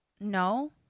No